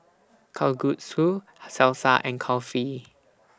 Kalguksu Salsa and Kulfi